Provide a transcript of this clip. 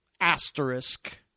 asterisk